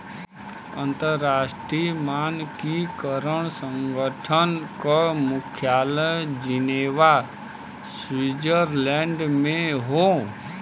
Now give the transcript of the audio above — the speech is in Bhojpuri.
अंतर्राष्ट्रीय मानकीकरण संगठन क मुख्यालय जिनेवा स्विट्जरलैंड में हौ